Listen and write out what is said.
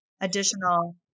additional